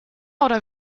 oder